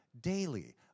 daily